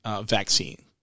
vaccine